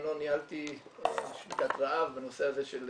בזמנו ניהלתי שביתת רעב בנושא הזה של